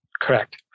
Correct